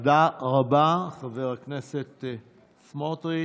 תודה רבה, חבר הכנסת סמוטריץ'.